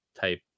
type